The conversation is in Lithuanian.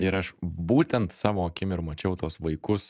ir aš būtent savo akim ir mačiau tuos vaikus